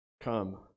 come